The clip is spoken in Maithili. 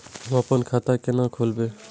हम आपन खाता केना खोलेबे?